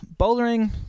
Bouldering